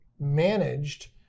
managed